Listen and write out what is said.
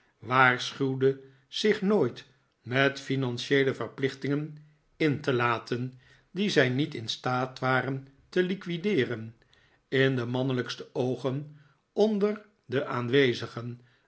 waarschuwde zich nooit met financieele verplichtingen in te laten die zij niet in staat waren te liquideeren in de mannelijkste oogen onder de aanwezigen